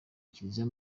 kiliziya